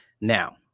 Now